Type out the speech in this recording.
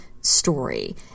story